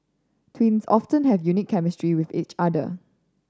twins often have unique chemistry with each other